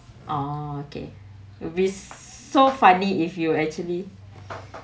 oh okay will be so funny if you actually